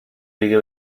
دیگه